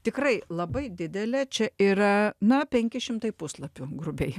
tikrai labai didelė čia yra na penki šimtai puslapių grubiai